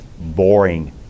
boring